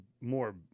more